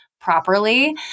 properly